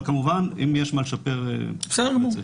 אבל כמובן, אם יש מה לשפר --- בסדר גמור.